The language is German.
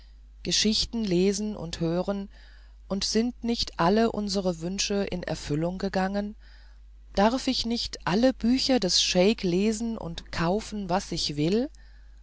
geschichten lesen und hören und sind nicht alle unsere wünsche in erfüllung gegangen darf ich nicht alle bücher des scheik lesen und kaufen was ich will